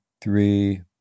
three